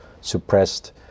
suppressed